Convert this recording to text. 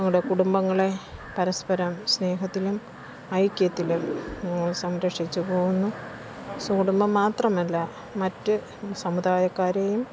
നമ്മുടെ കുടുംബങ്ങളെ പരസ്പരം സ്നേഹത്തിലും ഐക്യത്തിലും സംരക്ഷിച്ച് പോകുന്നു സ്വകുടുംബം മാത്രമല്ല മറ്റ് സമുദായക്കാരെയും